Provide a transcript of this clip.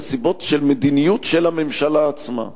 אלא סיבות של מדיניות של הממשלה עצמה,